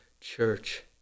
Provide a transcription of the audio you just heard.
church